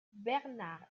bernard